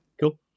Cool